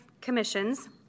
commissions